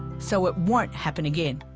so it won't happen again.